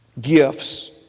gifts